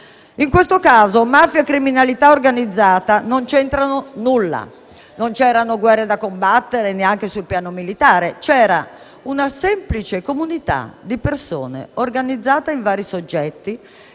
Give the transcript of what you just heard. In questo caso mafia e criminalità organizzata non c'entrano nulla e non c'erano guerre da combattere neanche sul piano militare; c'era una semplice comunità di persone organizzate in vari soggetti,